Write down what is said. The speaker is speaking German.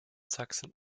sachsen